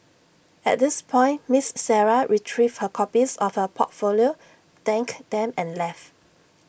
at this point miss Sarah retrieved her copies of her portfolio thanked them and left